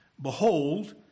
Behold